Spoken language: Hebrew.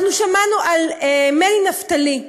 אנחנו שמענו על מני נפתלי,